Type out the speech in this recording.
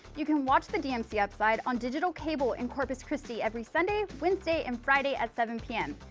you can watch the dmc upside on digital cable in corpus christi every sunday, wednesday and friday at seven pm.